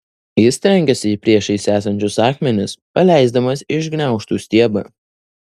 jis trenkėsi į priešais esančius akmenis paleisdamas iš gniaužtų stiebą